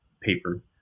paper